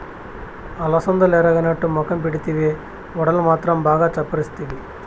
అలసందలెరగనట్టు మొఖం పెడితివే, వడలు మాత్రం బాగా చప్పరిస్తివి